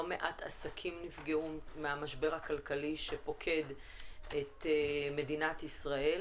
לא מעט עסקים נפגעו מהמשבר הכלכלי שפוקד את מדינת ישראל,